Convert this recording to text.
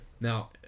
Now